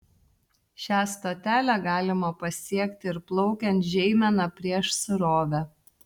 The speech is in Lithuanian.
šią stotelę galima pasiekti ir plaukiant žeimena prieš srovę